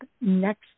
next